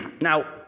Now